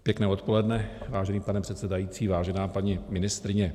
Pěkné odpoledne, vážený pane předsedající, vážená paní ministryně.